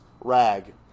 rag